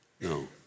No